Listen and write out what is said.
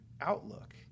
outlook